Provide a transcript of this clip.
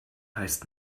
heißt